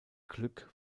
glück